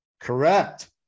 Correct